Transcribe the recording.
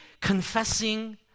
confessing